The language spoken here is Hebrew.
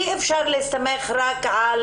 אי אפשר להסתמך רק על